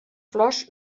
flors